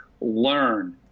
learn